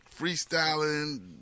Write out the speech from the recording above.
freestyling